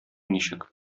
ничек